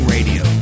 Radio